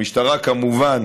המשטרה כמובן